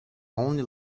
only